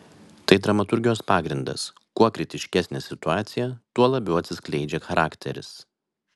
tai dramaturgijos pagrindas kuo kritiškesnė situacija tuo labiau atsiskleidžia charakteris